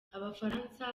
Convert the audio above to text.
abafaransa